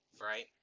right